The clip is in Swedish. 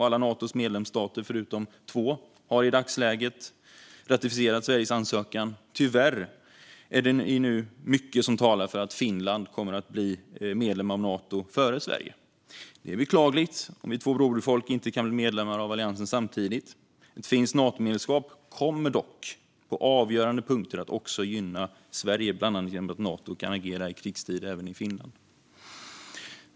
Alla Natos medlemsstater utom två har i dagsläget ratificerat Sveriges ansökan. Tyvärr är det nu mycket som talar för att Finland kommer att bli medlem av Nato före Sverige. Det är beklagligt om vi två broderfolk inte kan bli medlemmar i alliansen samtidigt. Ett finländskt Natomedlemskap kommer dock på avgörande punkter att gynna även Sverige, bland annat genom att Nato kan agera i krigstid även i Finland.